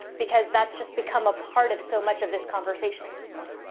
because that's just become a part of so much of this conversation at this point.